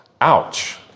Ouch